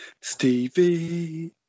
Stevie